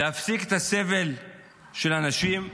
להפסיק את הסבל של אנשים,